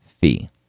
fee